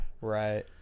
right